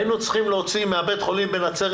היינו צריכים להוציא מבית החולים בנצרת